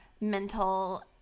mental